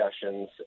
discussions